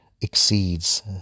exceeds